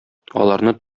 аларны